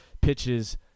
pitches